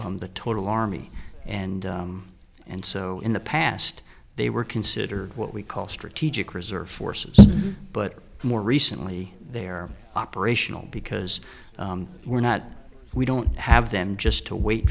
of the total army and and so in the past they were considered what we call strategic reserve forces but more recently their operational because we're not we don't have them just to wait